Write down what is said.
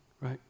right